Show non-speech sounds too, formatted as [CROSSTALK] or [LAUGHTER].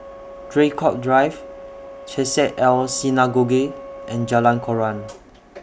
Draycott Drive Chesed El Synagogue and Jalan Koran [NOISE]